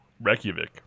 Reykjavik